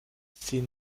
sie